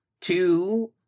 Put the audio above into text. two